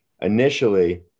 initially